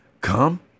come